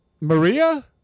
Maria